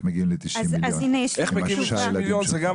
איך מגיעים ל-90 מיליון שקלים.